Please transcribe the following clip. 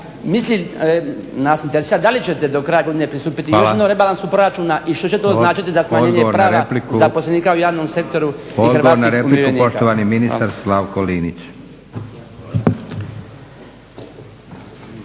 mislim nas interesira da li ćete do kraja godine pristupiti … rebalansu proračuna i što će to značiti za smanjenje prava zaposlenika u javnom sektoru i hrvatskih …?